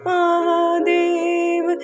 Mahadev